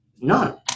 none